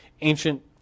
ancient